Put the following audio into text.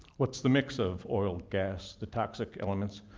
what's the mix of oil, gas, the toxic elements.